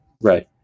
Right